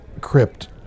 crypt